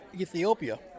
Ethiopia